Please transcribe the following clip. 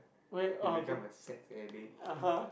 he become a sex addict